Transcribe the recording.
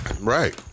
Right